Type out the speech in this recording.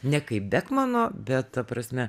ne kaip bekmano bet ta prasme